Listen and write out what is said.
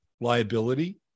liability